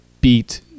beat